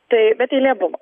tai bet eilė buvo